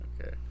Okay